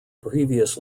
previous